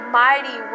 mighty